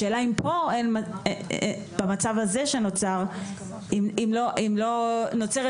השאלה אם במצב הזה שנוצר לא נוצרת